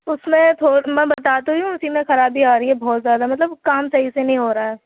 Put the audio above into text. اُس میں تو میں بتا تو رہی ہوں اُسی میں خرابی آ رہی ہے بہت زیادہ مطلب کام صحیح سے نہیں ہو رہا ہے